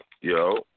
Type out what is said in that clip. Yo